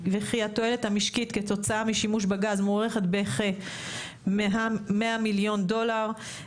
וכי התועלת המשקית כתוצאה משימוש בגז מוערכת בכ-100 מיליארד דולר.